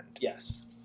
Yes